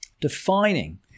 defining